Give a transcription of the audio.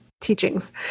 teachings